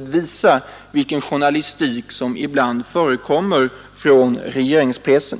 visa vilken journalistik som ibland förekommer inom regeringspressen.